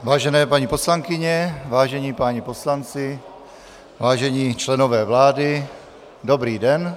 Vážené paní poslankyně, vážení páni poslanci, vážení členové vlády, dobrý den.